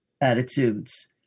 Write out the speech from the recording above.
attitudes